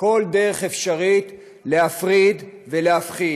כל דרך אפשרית להפריד ולהפחיד,